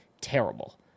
Terrible